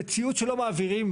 המציאות שלא מעבירים,